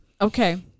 Okay